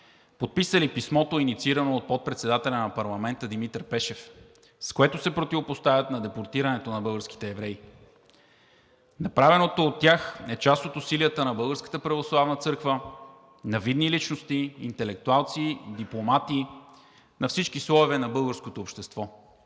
подписали писмото, инициирано от подпредседателя на парламента Димитър Пешев, с което се противопоставят на депортирането на българските евреи. Направеното от тях е част от усилията на Българската православна църква, на видни личности, интелектуалци, дипломати, на всички слоеве на българското общество.